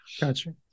Gotcha